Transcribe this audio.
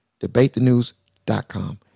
DebateTheNews.com